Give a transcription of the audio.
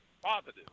positive